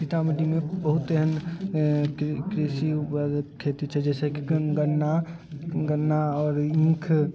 सीतामढ़ीमे बहुत एहन कृषि उत्पादक खेती छै जैसेकि गन्ना गन्ना आओर ईख